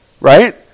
right